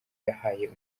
yahaye